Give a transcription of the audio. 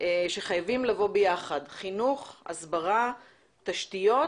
שחייבים לבוא ביחד, חינוך, הסברה, תשתיות